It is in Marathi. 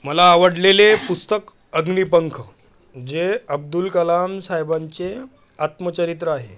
मला आवडलेले पुस्तक अग्निपंख जे अब्दुल कलाम साहेबांचे आत्मचरित्र आहे